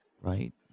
Right